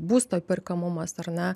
būsto įperkamumas ar ne